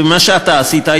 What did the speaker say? ומה שאתה עשית,